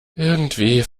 irgendwie